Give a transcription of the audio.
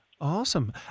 Awesome